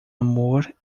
amor